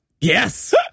Yes